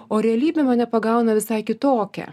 o realybė mane pagauna visai kitokia